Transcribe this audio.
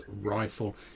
rifle